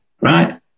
right